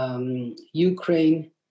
Ukraine